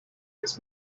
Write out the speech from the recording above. this